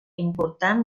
important